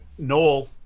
noel